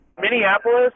Minneapolis